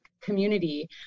community